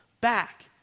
back